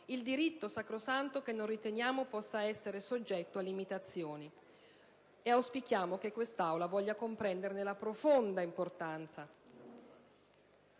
un diritto sacrosanto che non riteniamo possa essere soggetto a limitazioni. Auspichiamo pertanto che quest'Aula voglia comprenderne la profonda importanza: